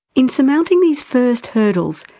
in surmounting these first hurdles,